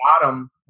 bottom